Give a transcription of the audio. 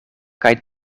kaj